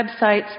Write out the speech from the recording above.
websites